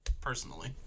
personally